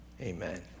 Amen